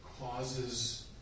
causes